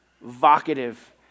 Vocative